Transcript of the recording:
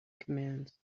commands